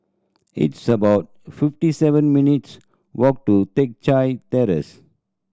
it's about fifty seven minutes' walk to Teck Chye Terrace